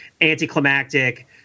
anticlimactic